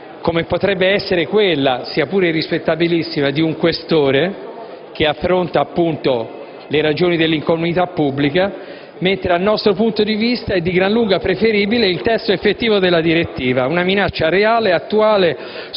come potrebbe essere quella, sia pure rispettabilissima, di un questore che affronta le ragioni dell'incolumità pubblica; dal nostro punto di vista, è di gran lunga preferibile il testo della direttiva: «una minaccia reale ed attuale,